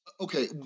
okay